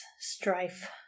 strife